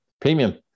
premium